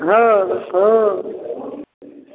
हँ हँ